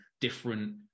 different